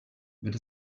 wird